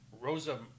Rosa